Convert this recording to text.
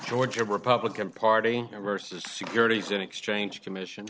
georgia republican party immerses securities and exchange commission